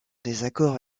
désaccord